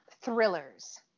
thrillers